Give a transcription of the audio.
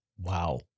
Wow